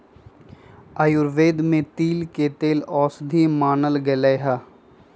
आयुर्वेद में तिल के औषधि मानल गैले है